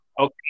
Okay